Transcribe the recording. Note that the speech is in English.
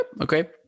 Okay